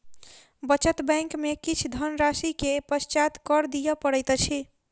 बचत बैंक में किछ धनराशि के पश्चात कर दिअ पड़ैत अछि